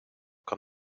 kan